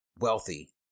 wealthy